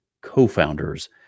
co-founders